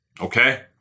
okay